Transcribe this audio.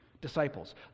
disciples